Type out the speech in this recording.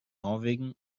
norwegen